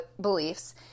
beliefs